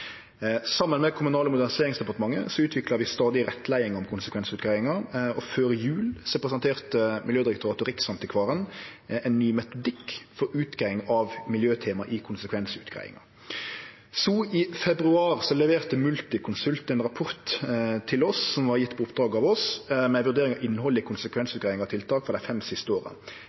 Saman med Kommunal- og moderniseringsdepartementet utviklar vi stadig rettleiinga om konsekvensutgreiingar, og før jul presenterte Miljødirektoratet og Riksantikvaren ein ny metodikk for utgreiing av miljøtema i konsekvensutgreiingar. I februar leverte Multiconsult ein rapport til oss, som var gjord på oppdrag frå oss, med ei vurdering av innhaldet i konsekvensutgreiingar og tiltak for dei fem siste åra.